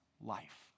life